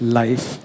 life